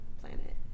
planet